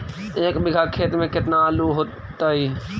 एक बिघा खेत में केतना आलू होतई?